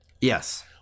Yes